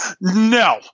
No